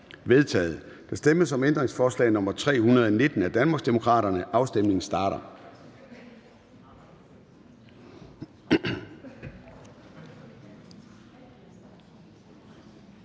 vedtaget. Der stemmes om ændringsforslag nr. 319 af Danmarksdemokraterne. Afstemningen starter.